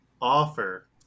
offer